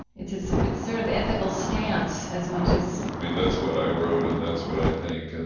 it's sort it's sort of ethical stance as much as, i mean, that's what i wrote and that's what i think. and